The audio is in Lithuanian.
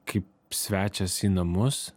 kaip svečias į namus